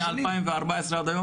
מ-2016 עד היום?